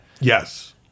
Yes